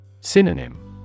Synonym